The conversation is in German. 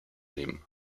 nehmen